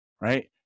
right